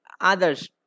others